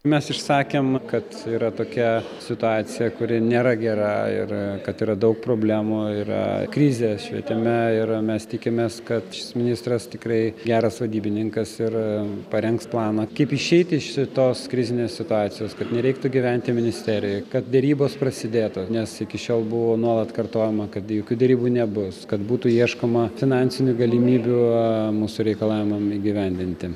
mes išsakėm kad yra tokia situacija kuri nėra gera ir kad yra daug problemų yra krizė švietime ir mes tikimės kad šis ministras tikrai geras vadybininkas ir parengs planą kaip išeiti iš šitos krizinės situacijos kad nereiktų gyventi ministerijoj kad derybos prasidėtų nes iki šiol buvo nuolat kartojama kad jokių derybų nebus kad būtų ieškoma finansinių galimybių mūsų reikalavimam įgyvendinti